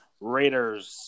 Raiders